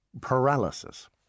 paralysis